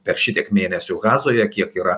per šitiek mėnesių gazoje kiek yra